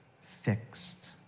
fixed